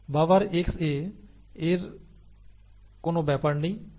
বাবার Xa এর কোন ব্যাপার নেই